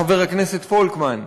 חבר הכנסת פולקמן,